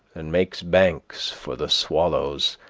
and makes banks for the swallows,